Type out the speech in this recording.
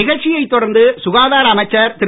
நிகழ்ச்சியை தொடர்ந்து சுகாதார அமைச்சர் திரு